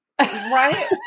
Right